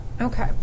Okay